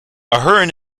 ahern